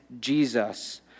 Jesus